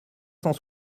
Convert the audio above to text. cent